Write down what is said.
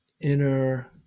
inner